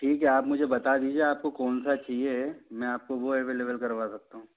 ठीक है आप मुझे बता दीजिए आपको कौन सा चाहिए है मैं आपको वो अवेलेबल करवा सकता हूँ